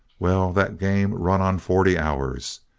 well, that game run on forty hours.